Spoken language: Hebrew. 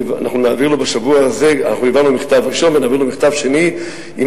העברנו לו מכתב ראשון ונעביר לו מכתב שני עם